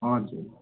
हजुर